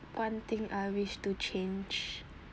one thing I wish to change